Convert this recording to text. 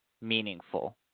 meaningful